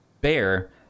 bear